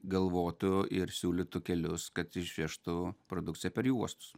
galvotų ir siūlytų kelius kad išvežtų produkciją per jų uostus